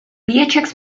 beatrix